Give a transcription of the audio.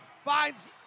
finds